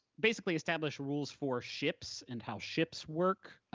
basically establish rules for ships and how ships work,